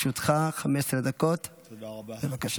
לרשותך, 15 דקות, בבקשה.